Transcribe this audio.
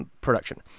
production